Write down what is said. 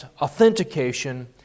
authentication